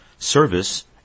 Service